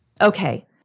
Okay